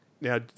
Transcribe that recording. Now